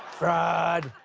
fraud.